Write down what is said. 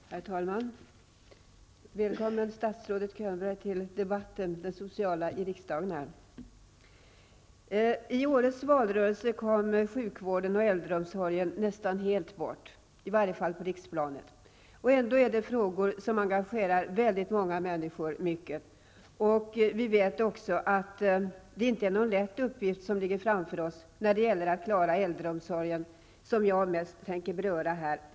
Herr talman! Välkommen, statsrådet Könberg, till socialdebatten här i riksdagen. I årets valrörelse kom sjukvården och äldreomsorgen nästan helt bort, i varje fall på riksplanet. Ändå är det frågor som mycket engagerar väldigt många människor. Vi vet också att det inte är någon lätt uppgift som ligger framför oss när det gäller att på ett bra sätt klara av äldreomsorgen, som jag närmast tänker beröra här.